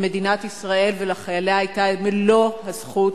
למדינת ישראל ולחייליה היתה מלוא הזכות